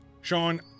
Sean